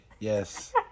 Yes